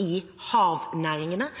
i havnæringene hver dag,